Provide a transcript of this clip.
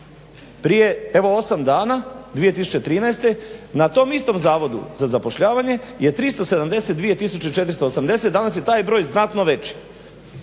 prije osam dana 2013. na tom istom Zavodu za zapošljavanje je 372 480, danas je taj broj znatno veći.